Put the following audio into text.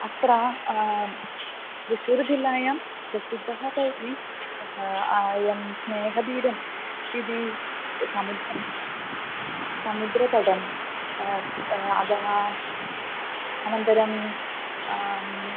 अत्र त्रिशूरुजिल्लायां प्रसिद्धः कौरी अयं स्नेहदीडम् इति समुद्रं समुद्रतटः अतः अनन्तरं